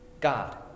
God